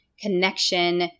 connection